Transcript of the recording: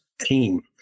team